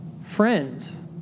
friends